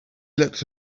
looked